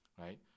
right